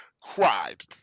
cried